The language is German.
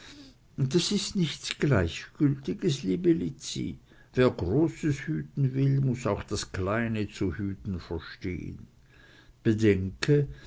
das ist nichts gleichgültiges liebe lizzi wer großes hüten will muß auch das kleine zu hüten verstehen bedenke